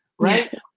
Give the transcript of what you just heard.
right